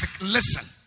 listen